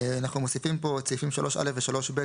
אנחנו מוסיפים כאן את סעיפים 3א ו-3ב,